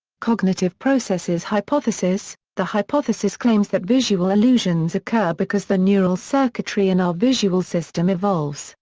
cognitive processes hypothesis the hypothesis claims that visual illusions occur because the neural circuitry in our visual system evolves,